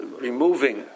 removing